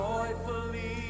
Joyfully